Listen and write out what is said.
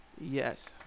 Yes